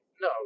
No